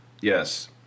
yes